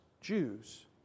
Jews